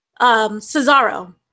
Cesaro